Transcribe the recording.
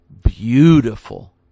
beautiful